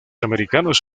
americanos